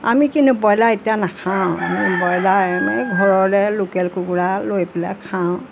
আমি কিন্তু ব্ৰইলাৰ এতিয়া নাখাওঁ আমি ব্ৰইলাৰ ঘৰৰে লোকেল কুকুৰা লৈ পেলাই খাওঁ